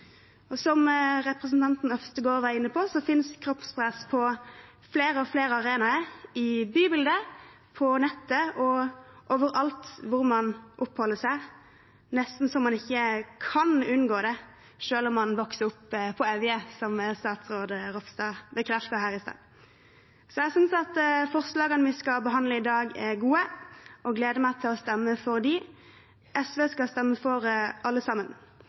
som all ungdom. Som representanten Øvstegård var inne på, finnes kroppspress på flere og flere arenaer i bybildet, på nettet og overalt hvor man oppholder seg – det er nesten så man ikke kan unngå det, selv om man vokser opp på Evje, som statsråd Ropstad bekreftet her i stad. Jeg synes forslagene vi behandler i dag, er gode, og jeg gleder meg til å stemme for dem. SV skal stemme for alle sammen.